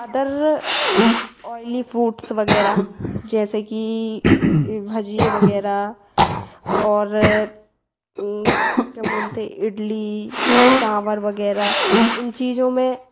other oily foods वगैरह जैसे कि भजिए वगैरह और क्या बोलते इडली सांबर वगैरह इन चीज़ों में